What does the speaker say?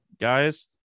guys